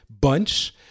bunch